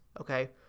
okay